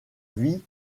vie